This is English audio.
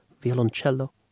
Violoncello